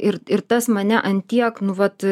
ir ir tas mane ant tiek nu vat